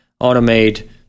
automate